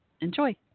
Enjoy